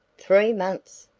three months!